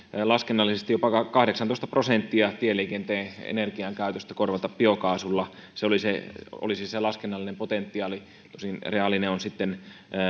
laskennallisesti jopa kahdeksantoista prosenttia tieliikenteen energiankäytöstä korvata biokaasulla se olisi se laskennallinen potentiaali tosin reaalinen on sitten